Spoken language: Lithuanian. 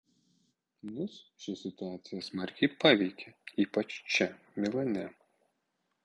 mus ši situacija smarkiai paveikė ypač čia milane